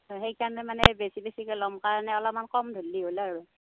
সেইকাৰণে মানে বেছি বেছিকে ল'ম কাৰণে অলপমান কম ধল্লি হ'ল আৰু